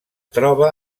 troba